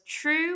true